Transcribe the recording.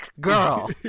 Girl